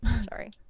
Sorry